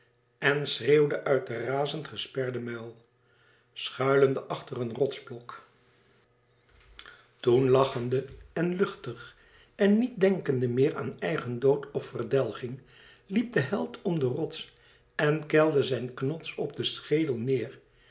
en schreeuwde uit de razend gesperde muil schuilende achter een rotsblok toen lachende en luchtig en niet dènkende meer aan eigen dood of verdelging liep de held om den rots en keilde zijn knots op den schedel neêr